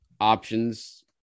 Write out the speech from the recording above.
options